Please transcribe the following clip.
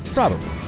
probably.